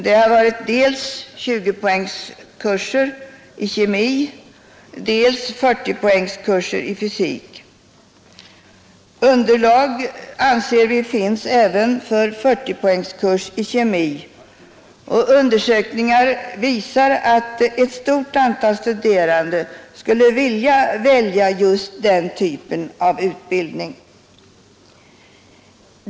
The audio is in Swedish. Det har dels varit fråga om 20-poängskurser i kemi, dels 40-poängskurser i fysik. Vi anser att underlag finns även för 40-poängskurser i kemi. Undersökningar visar att ett stort antal studerande skulle vilja välja just den typen av utbildning.